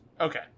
Okay